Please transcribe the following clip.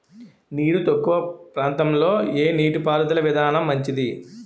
నీరు తక్కువ ప్రాంతంలో ఏ నీటిపారుదల విధానం మంచిది?